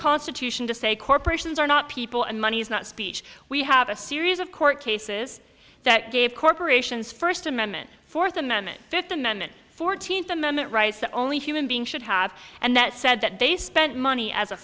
constitution to say corporations are not people and money is not speech we have a series of court cases that gave corporations first amendment fourth amendment fifth amendment fourteenth amendment rights the only human being should have and that said that they spent money as a